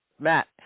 Matt